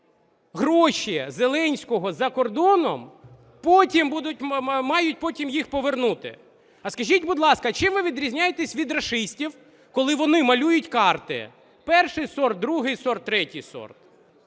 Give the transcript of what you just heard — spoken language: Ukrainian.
гроші Зеленського за кордоном, мають потім їх повернути. А скажіть, будь ласка, чим ви відрізняєтесь від рашистів, коли вони малюють карти: перший сорт, другий сорт, третій сорт?